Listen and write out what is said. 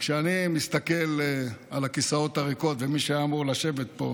כשאני מסתכל על הכיסאות הריקים ועל מי שאמור היה לשבת פה,